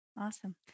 Awesome